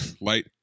light